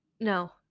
no